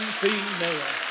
female